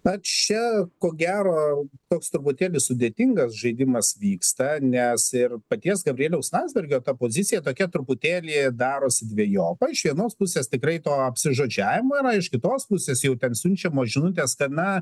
na čia ko gero toks truputėlį sudėtingas žaidimas vyksta nes ir paties gabrieliaus landsbergio ta pozicija tokia truputėlį darosi dvejopa iš vienos pusės tikrai to apsižodžiavimo yra iš kitos pusės jau ten siunčiamos žinutės kad na